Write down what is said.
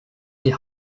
die